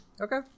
Okay